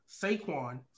Saquon